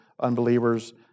unbelievers